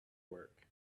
work